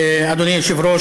אדוני היושב-ראש,